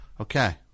Okay